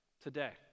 today